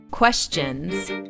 Questions